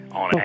on